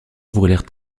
brûlèrent